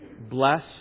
bless